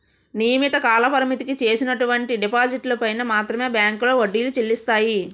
నియమిత కాలపరిమితికి చేసినటువంటి డిపాజిట్లు పైన మాత్రమే బ్యాంకులో వడ్డీలు చెల్లిస్తాయి